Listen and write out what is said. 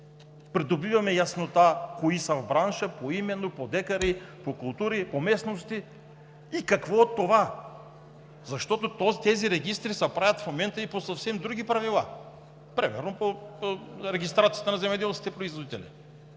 придобиваме яснота кои са в бранша поименно, по декари, по култури, по местности? И какво от това? Тези регистри се правят в момента и по съвсем други правила, примерно при регистрацията на земеделските производители.